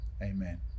Amen